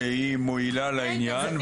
שתועיל לעניין,